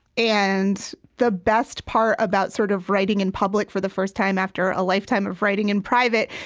and the best part about sort of writing in public for the first time, after a lifetime of writing in private,